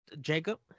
Jacob